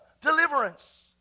deliverance